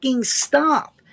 stop